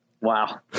Wow